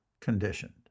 conditioned